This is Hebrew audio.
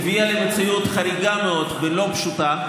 מציאות חריגה מאוד ולא פשוטה,